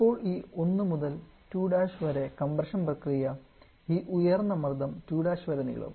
ഇപ്പോൾ ഈ 1 മുതൽ 2' വരെ കംപ്രഷൻ പ്രക്രിയ ഈ ഉയർന്ന മർദ്ദം 2 വരെ നീളും